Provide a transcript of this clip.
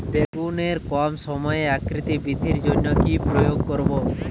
বেগুনের কম সময়ে আকৃতি বৃদ্ধির জন্য কি প্রয়োগ করব?